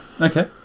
okay